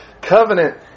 covenant